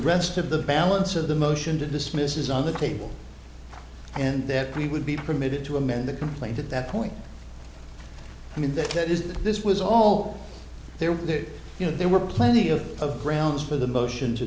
rest of the balance of the motion to dismiss is on the table and that we would be permitted to amend the complaint at that point i mean that is that this was all there do you know there were plenty of of grounds for the motion to